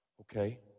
okay